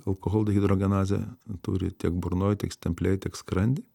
alkoholdihidrogenazę turi tiek burnoj tiek stemplėj tiek skrandy